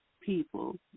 people